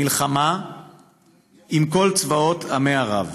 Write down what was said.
מלחמה עם כל צבאות עמי ערב.